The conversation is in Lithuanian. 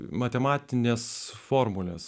matematinės formulės